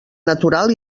natural